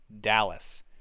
Dallas